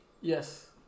yes